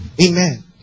Amen